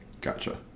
Gotcha